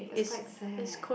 that's quite sad